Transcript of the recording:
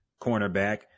cornerback